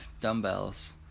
dumbbells